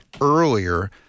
earlier